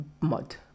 mud